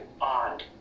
odd